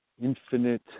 infinite